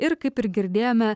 ir kaip ir girdėjome